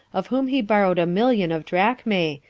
of whom he borrowed a million of drachmae,